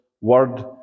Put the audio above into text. word